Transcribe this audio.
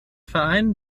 verein